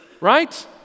right